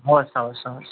हवस् हवस् हवस्